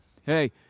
hey